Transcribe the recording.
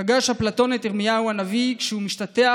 פגש אפלטון את ירמיהו הנביא כשהוא משתטח